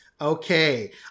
Okay